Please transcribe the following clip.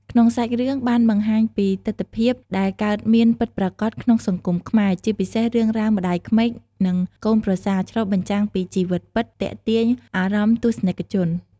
ក្នុងសាច់រឿងបានបង្ហាញពីទិដ្ឋភាពដែលកើតមានពិតប្រាកដក្នុងសង្គមខ្មែរ ជាពិសេសរឿងរ៉ាវម្តាយក្មេកនិងកូនប្រសារ ឆ្លុះបញ្ចាំងពីជីវិតពិត ទាក់ទាញអារម្មណ៍ទស្សនិកជន។